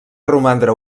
romandre